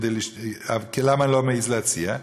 למה לא מעז להציע?